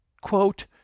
quote